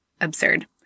absurd